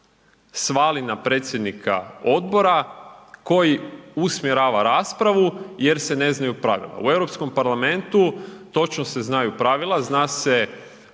svali na predsjednika odbora koji usmjerava raspravu jer se ne znaju pravila. U Europskom parlamentu točno se znaju pravila, zna se